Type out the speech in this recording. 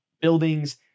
buildings